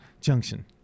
Junction